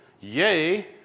yay